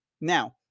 now